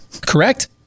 Correct